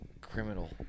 criminal